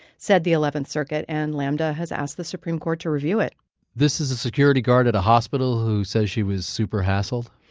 said the eleventh circuit, and lambda has asked the supreme court to review it this is a security guard at a hospital who says she was super hassled?